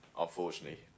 unfortunately